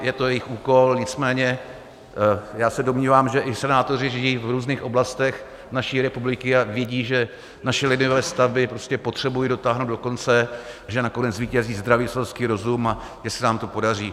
Je to jejich úkol, nicméně já se domnívám, že i senátoři žijí v různých oblastech naší republiky a vidí, že naši lidé stavby prostě potřebují dotáhnout do konce, že nakonec zvítězí zdravý selský rozum a že se nám to podaří.